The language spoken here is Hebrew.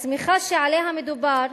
הצמיחה שעליה מדובר,